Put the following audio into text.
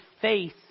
faith